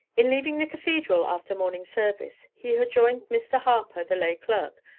in leaving the cathedral after morning service, he had joined mr. harper, the lay clerk,